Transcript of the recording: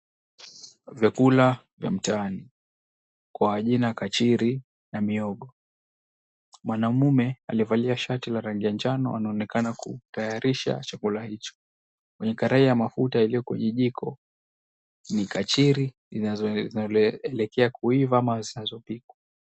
Vyakula vya mtaani kwa jina kachiri na mihogo. Mwanaume aliyevalia shati ya njano anaonekana kutayarisha chakula hicho. Kwenye karai ya mafuta iliyo kwenye jiko ni kachiri inayoelekea kuiva au zinazopikwa.